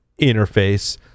interface